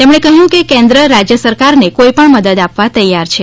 તેમણે કહ્યું કે કેન્દ્ર રાજ્ય સરકારને કોઇપણ મદદ આપવા તૈયાર છે